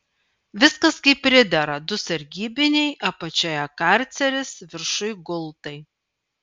viskas kaip pridera du sargybiniai apačioje karceris viršuj gultai